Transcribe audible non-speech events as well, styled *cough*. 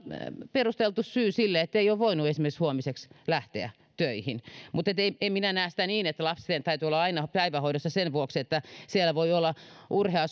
perusteltu syy sille ettei ole voinut esimerkiksi seuraavaksi päiväksi lähteä töihin mutta en minä näe sitä niin että lasten täytyy olla aina päivähoidossa sen vuoksi että siellä voi olla urhea *unintelligible*